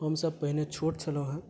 हमसब पहिने छोट छलौ हैं